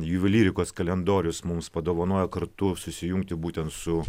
juvelyrikos kalendorius mums padovanojo kartu susijungti būtent su